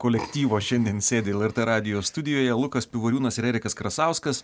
kolektyvo šiandien sėdi lrt radijo studijoje lukas pivoriūnas ir erikas krasauskas